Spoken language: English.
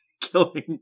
killing